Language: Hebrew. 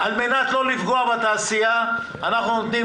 על מנת לא לפגוע בתעשייה אנחנו נותנים